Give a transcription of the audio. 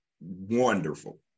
wonderful